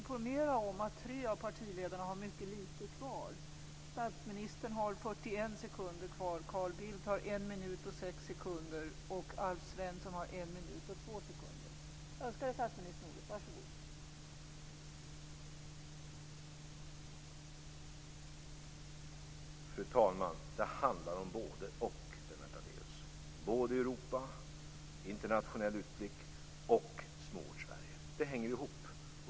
Fru talman! Det handlar om både-och, Lennart Daléus. Det handlar både om Europa, internationell utblick, och om Småortssverige. Det hänger ihop.